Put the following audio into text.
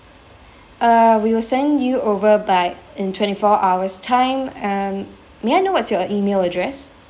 uh we will send you over by in twenty four hours time um may I know what's your email address